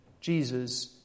Jesus